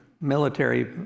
military